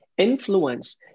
Influence